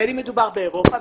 בין אם מדובר באירופה,